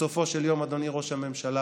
בסופו של יום, אדוני ראש הממשלה,